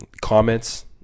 comments